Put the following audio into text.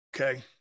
Okay